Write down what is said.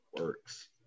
works